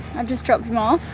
i've just dropped him off,